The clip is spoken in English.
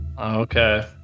Okay